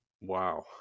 wow